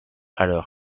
alors